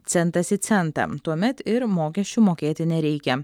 centas į centą tuomet ir mokesčių mokėti nereikia